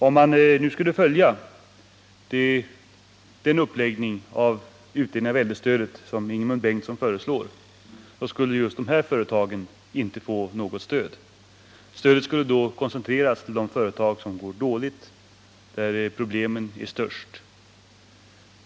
Om man skulle följa den uppläggning av utdelningen av äldrestöd som Ingemund Bengtsson föreslår, skulle just de här företagen inte få något stöd. Stödet skulle då koncentreras till de företag som går dåligt, där problemen är störst.